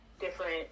different